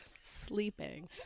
sleeping